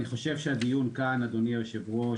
אדוני היושב-ראש,